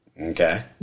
Okay